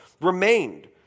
remained